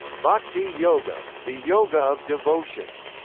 bhakti yoga the yoga of devotion.